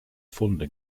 funde